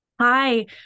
hi